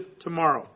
tomorrow